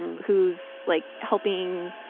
and who's, like, helping,